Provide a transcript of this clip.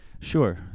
Sure